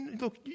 look